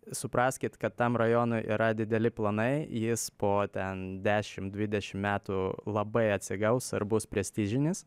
supraskit kad tam rajonui yra dideli planai jis po ten dešim dvidešim metų labai atsigaus ir bus prestižinis